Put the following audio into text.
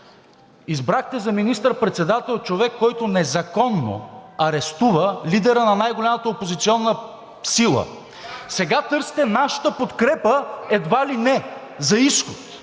Избрахте за министър-председател човек, който незаконно арестува лидера на най-голямата опозиционна сила, а сега търсите нашата подкрепа едва ли не за изход.